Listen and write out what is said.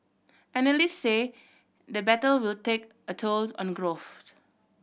analyst say the battle will take a tolls on growth